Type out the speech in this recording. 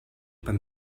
beim